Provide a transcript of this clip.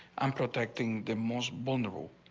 i'm protecting the most vulnerable.